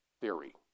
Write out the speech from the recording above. theory